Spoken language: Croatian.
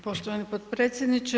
Poštovani potpredsjedniče.